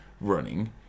running